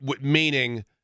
meaning –